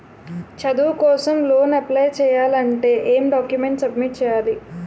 చదువు కోసం loan apply చేయాలి అంటే ఎం డాక్యుమెంట్స్ సబ్మిట్ చేయాలి?